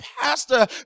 pastor